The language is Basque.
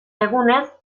egunez